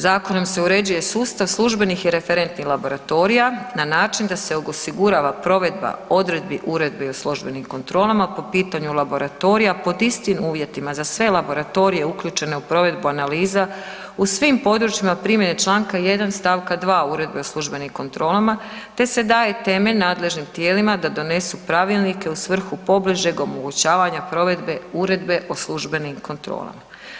Zakonom se uređuje sustav službenih i referentnih laboratorija na način da se osigurava provedba odredbi uredbe o službenim kontrolama po pitanju laboratorija pod istim uvjetima za sve laboratorije uključene u provedbu analiza u svim područjima primjene čl. 1. stavka 2. Uredbe o službenim kontrolama te se daje temelj nadležnim tijelima da donesu pravilnike u svrhu pobližeg omogućavanja provedbe uredbe o službenim kontrolama.